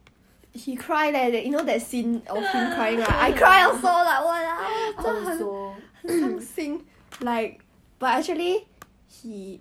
substitute then obviously 如果你你听到这种话 right you'll be like !wow! imagine if derrick say I am his ex